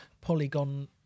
Polygon